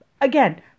Again